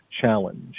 challenge